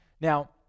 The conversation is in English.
Now